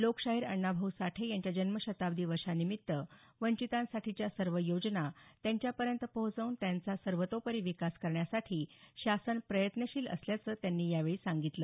लोकशाहीर अण्णाभाऊ साठे यांच्या जन्मशताब्दी वर्षानिमित्त वंचितासाठीच्या सर्व योजना त्यांच्यापर्यंत पोहोचवून त्यांचा सर्वतोपरी विकास करण्यासाठी शासन प्रयत्नशील असल्याचं त्यांनी यावेळी सांगितलं